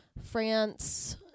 France